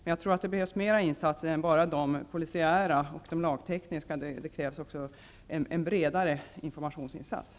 Men jag tror att det behövs fler insatser än de polisiära och de lagtekniska. Det krävs också en bredare informationsinsats.